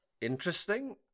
interesting